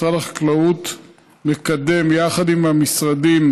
משרד החקלאות מקדם יחד עם המשרדים: